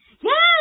Yes